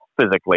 physically